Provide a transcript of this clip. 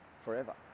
forever